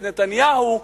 ממשלת נתניהו,